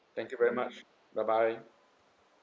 thank you very much bye bye